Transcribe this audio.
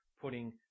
putting –